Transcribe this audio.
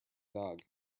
dog